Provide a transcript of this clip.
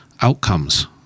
outcomes